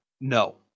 no